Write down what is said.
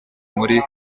muri